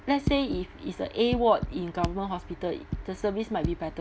let's say if it's a A ward in government hospital the service might be better